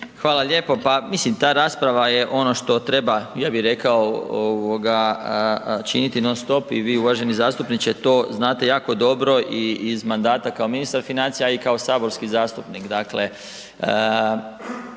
Hvala lijepo. Pa mislim ta rasprava je ono što treba, ja bi rekao činiti non-stop i vi uvaženi zastupniče, to znate jako dobro i iz mandata kao ministar financija a i kao saborski zastupnik.